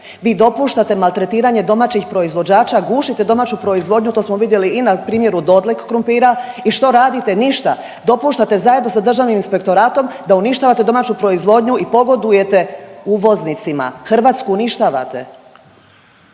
Vi dopuštate maltretiranje domaćih proizvođača, gušite domaću proizvodnju, to smo vidjeli i na primjeru Dodlek krumpira i što radite, ništa, dopuštate zajedno sa Državnim inspektoratom da uništavate domaću proizvodnju i pogodujete uvoznicima. Hrvatsku uništavate.